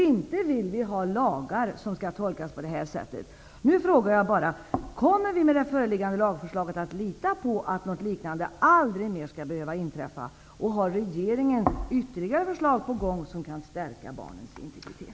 Inte vill vi ha lagar som kan tolkas på detta sätt! Nu frågar jag bara: Kan vi nu med föreliggande lagförslag lita på att något liknande aldrig mer skall behöva inträffa? Har regeringen ytterligare förslag på gång som kan stärka barnens integritet?